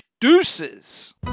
Deuces